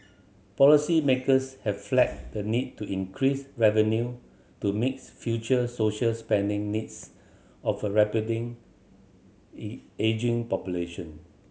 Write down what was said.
policymakers have flagged the need to increase revenue to mix future social spending needs of a ageing population